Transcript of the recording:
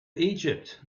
egypt